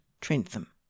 Trentham